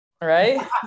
Right